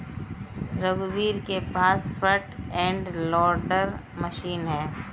रघुवीर के पास फ्रंट एंड लोडर मशीन है